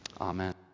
Amen